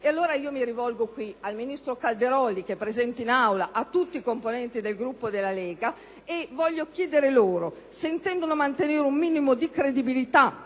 Allora mi rivolgo al ministro Calderoli, che è presente in Aula, e a tutti i componenti del Gruppo della Lega chiedendo loro se intendono mantenere un minimo di credibilità